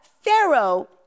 Pharaoh